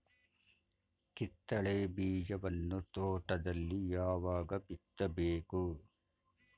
ಕಿತ್ತಳೆ ಬೀಜವನ್ನು ತೋಟದಲ್ಲಿ ಯಾವಾಗ ಬಿತ್ತಬೇಕು?